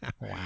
Wow